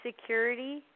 security